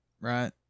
right